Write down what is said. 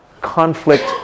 conflict